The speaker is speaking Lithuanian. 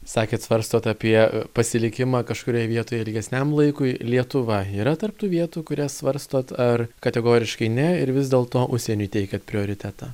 sakėt svarstot apie pasilikimą kažkurioj vietoj ilgesniam laikui lietuva yra tarp tų vietų kurias svarstot ar kategoriškai ne ir vis dėl to užsieniui teikiat prioritetą